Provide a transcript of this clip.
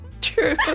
True